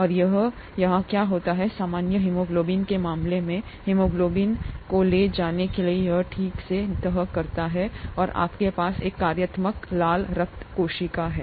और यह है यहाँ क्या होता है सामान्य हीमोग्लोबिन के मामले में हीमोग्लोबिन को ले जाने के लिए यह ठीक से तह करता है और आपके पास एक कार्यात्मक लाल रक्त कोशिका है